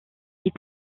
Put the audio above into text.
ils